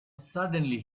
suddenly